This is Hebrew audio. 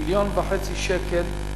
מיליון וחצי שקל,